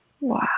Wow